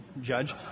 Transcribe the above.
judge